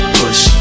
push